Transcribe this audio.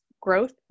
Growth